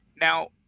Now